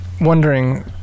wondering